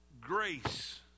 grace